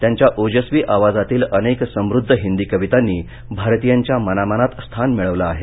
त्यांच्या ओजस्वी आवाजातील अनेक समृद्ध हिंदी कवितांनी भारतीयांच्या मनामनात स्थान मिळवल आहे